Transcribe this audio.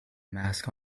mask